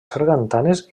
sargantanes